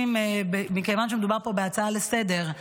מכיוון שמדובר פה בהצעה לסדר-יום,